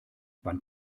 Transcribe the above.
wann